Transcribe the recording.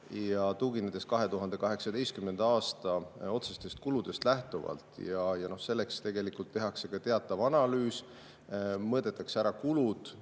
tuginedes 2018. aasta otsestele kuludele. Selleks tehakse ka teatav analüüs, mõõdetakse ära kulud,